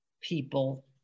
people